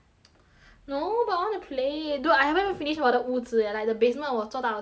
no but I wanna play dude I haven't even finish 我的屋子 leh like the basement 我做到 swee swee right